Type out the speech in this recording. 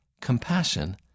compassion